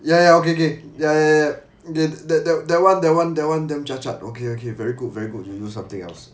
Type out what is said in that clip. ya ya okay okay ya ya ya that that that that one that one that one damn cha cha okay okay very good very good you do something else